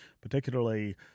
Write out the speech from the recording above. particularly